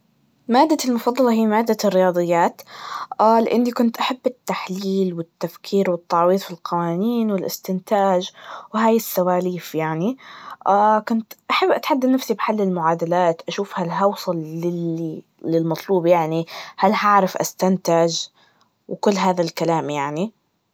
مادتي المفضلة هي مادة الرياضيات, لأني كنت أحب التحليل والتفكير والتعويض في القوانين, والإستنتاج وهاي السواليف يعني, كنت أحب أتحدى نفسي بحل المعادلات, أشوف هل هوصل للي- للمطلوب يعني, هل هعرف أستنتج؟ وكل هدا الكلام يعني.